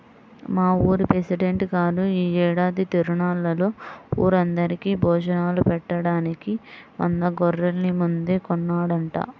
మా ఊరి పెసిడెంట్ గారు యీ ఏడాది తిరునాళ్ళలో ఊరందరికీ భోజనాలు బెట్టడానికి వంద గొర్రెల్ని ముందే కొన్నాడంట